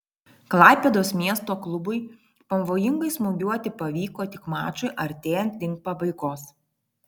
klaipėdos miesto klubui pavojingai smūgiuoti pavyko tik mačui artėjant link pabaigos